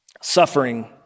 suffering